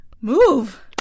move